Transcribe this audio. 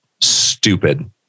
stupid